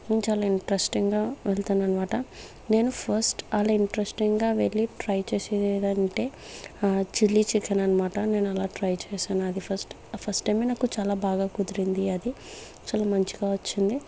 చాలా ఇంట్రెస్టింగ్ గా వెళుతున్నాను అన్నమాట నేను ఫస్ట్ అలా ఇంట్రెస్టింగ్ గా వెళ్లి ట్రై చేసేదేదంటే చిల్లి చికెన్ అన్నమాట నేను అలా ట్రై చేశాను అది ఫస్ట్ ఆ ఫస్ట్ టైమ్ ఏ నాకు చాలా బాగా కుదిరింది అది చాలా మంచిగా వచ్చింది